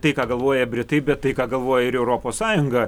tai ką galvoja britai bet tai ką galvoja ir europos sąjunga